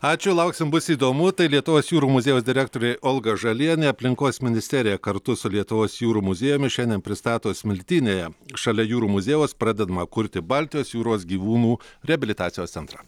ačiū lauksim bus įdomu tai lietuvos jūrų muziejaus direktorė olga žalienė aplinkos ministerija kartu su lietuvos jūrų muziejumi šiandien pristato smiltynėje šalia jūrų muziejaus pradedamą kurti baltijos jūros gyvūnų reabilitacijos centrą